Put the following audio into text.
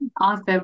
Awesome